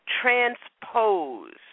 transpose